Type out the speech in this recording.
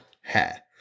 hair